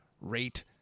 rate